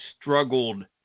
struggled